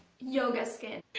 yoga skin-ahem.